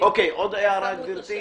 עוד הערה, גברתי?